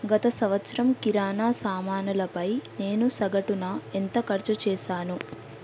గత సంవత్సరం కిరాణా సామానులపై నేను సగటున ఎంత ఖర్చు చేశాను